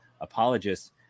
apologists